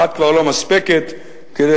אחת כבר לא מספקת כדי